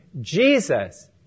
Jesus